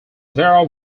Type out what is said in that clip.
vera